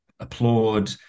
applaud